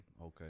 Okay